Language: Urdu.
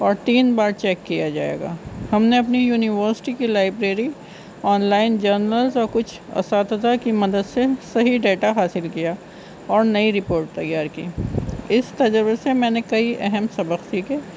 اور تین بار چیک کیا جائے گا ہم نے اپنی یونیورسٹی کی لائبریری آن لائن جنرلس اور کچھ اساتذہ کی مدد سے صحیح ڈیٹا حاصل کیا اور نئی رپورٹ تیار کی اس تجربہ سے میں نے کئی اہم سبق سیکھے